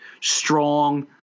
strong